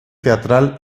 teatral